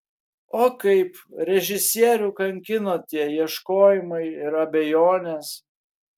o kaip režisierių kankino tie ieškojimai ir abejonės